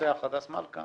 רוצח הדס מלכה